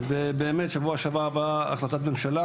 ובאמת שבוע שעבר באה החלטת ממשלה,